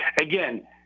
again